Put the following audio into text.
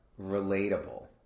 relatable